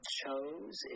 chose